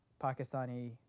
Pakistani